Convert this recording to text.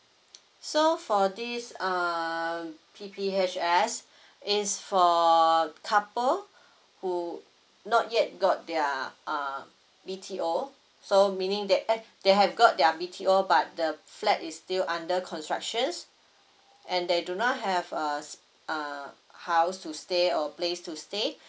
so for this um P_P_H_S it's for couple who not yet got their um B_T_O so meaning that eh they have got their B_T_O but the flat is still under constructions and they do not have uh uh house to stay uh or place to stay